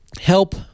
help